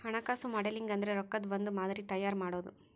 ಹಣಕಾಸು ಮಾಡೆಲಿಂಗ್ ಅಂದ್ರೆ ರೊಕ್ಕದ್ ಒಂದ್ ಮಾದರಿ ತಯಾರ ಮಾಡೋದು